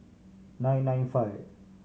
nine nine five